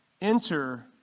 Enter